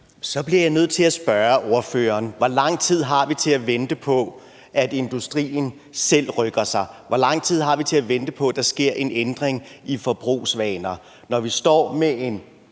Så bliver jeg nødt til at spørger ordføreren: Hvor lang tid har vi til at vente på, at industrien selv rykker sig? Hvor lang tid har vi til at vente på, at der sker en ændring i forbrugsvaner, når vi står med en